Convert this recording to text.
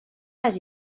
les